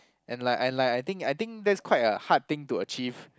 and like I like I think I think that's quite a hard thing to achieve